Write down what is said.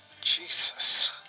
Jesus